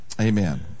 Amen